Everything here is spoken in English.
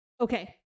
Okay